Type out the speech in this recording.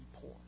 poor